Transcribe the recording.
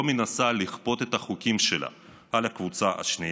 מנסה לכפות את החוקים שלה על הקבוצה השנייה.